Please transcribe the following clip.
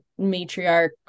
matriarch